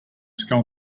skull